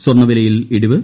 സ്വർണ്ണ വിലയിൽ ഇടിവ്